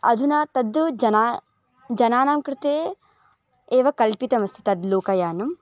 अधुना तत्तु जनानां जनानां कृते एव कल्पितमस्ति तद् लोकयानम्